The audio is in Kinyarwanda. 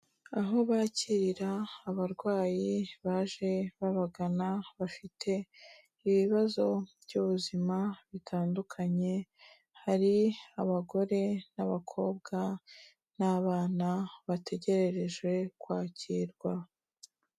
Aho bakirira abarwayi baje babagana bafite ibibazo by'ubuzima bitandukanye, hari abagore n'abakobwa n'abana bategererejwe kwakirwa.